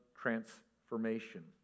transformation